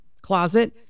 closet